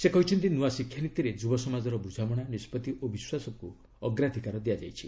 ସେ କହିଛନ୍ତି ନୂଆ ଶିକ୍ଷାନୀତିରେ ଯୁବ ସମାଜର ବୁଝାମଣା ନିଷ୍ପଭି ଓ ବିଶ୍ୱାସକୁ ଅଗ୍ରାଧିକାର ଦିଆଯାଇଛି